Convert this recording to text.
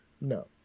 no